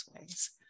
ways